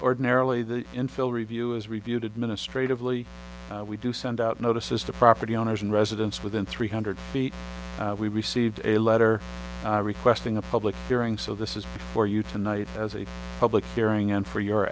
ordinarily the infill review is reviewed administratively we do send out notices to property owners and residents within three hundred feet we received a letter requesting a public hearing so this is for you tonight as a public hearing and for your